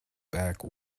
back